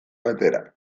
batera